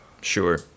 Sure